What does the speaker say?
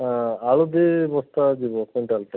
ଆଳୁ ଦୁଇ ବସ୍ତା ଯିବ କୁଇଣ୍ଟାଲଟେ